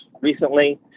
recently